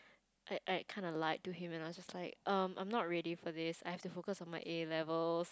I I kind of lied to him and I was just like um I'm not ready for this I have to focus on my A-levels